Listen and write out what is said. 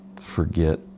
forget